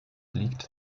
liegt